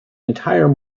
entire